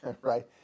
right